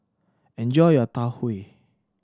enjoy your Tau Huay